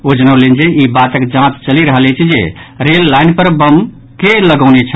ओ जनौलनि जे ई बातक जांच चलि रहल अछि जे रेललाईन पर बम के लगौने छल